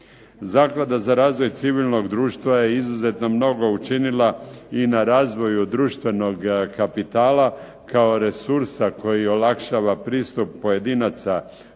Zaklada za razvoj civilnog društva je izuzetno mnogo učinila i na razvoju društvenog kapitala, kao resursa koji olakšava pristup pojedinaca društvenim,